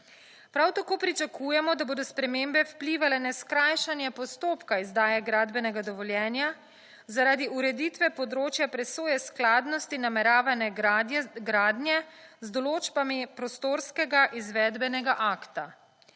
Prav tako pričakujemo, da bodo spremembe vplivale na skrajšanje postopka izdaje gradbenega dovoljenja zaradi ureditve področja presoje skladnosti nameravane gradnje z določbami prostorskega izvedbenega akta.